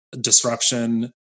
disruption